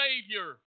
Savior